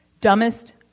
Dumbest